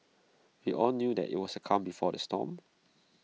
we all knew that IT was the calm before the storm